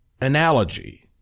analogy